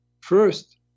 First